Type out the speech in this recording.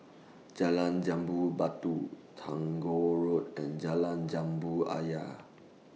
Jalan Jambu Batu Road and Jalan Jambu Ayer